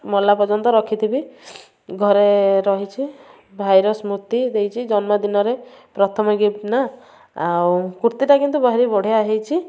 ମଲା ପର୍ଯ୍ୟନ୍ତ ରଖିଥିବି ଘରେ ରହିଛି ଭାଇର ସ୍ମୁତି ଦେଇଛି ଜନ୍ମଦିନରେ ପ୍ରଥମ ଗିପ୍ଟ୍ ନା ଆଉ କୁର୍ତ୍ତୀଟା କିନ୍ତୁ ଭାରି ବଢ଼ିଆ ହେଇଛି